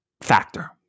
factor